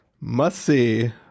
Must-see